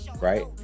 Right